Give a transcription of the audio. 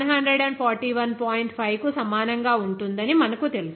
5 కు సమానంగా ఉంటుందని మనకు తెలుసు